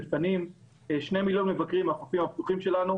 מפנים שני מיליון מבקרים מהחופים הפתוחים שלנו.